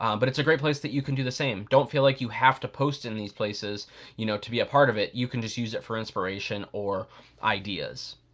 um but it's a great place that you can do that same. don't feel like you have to post in these places you know to be a part of it, you can just use it for inspiration or ideas.